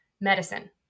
medicine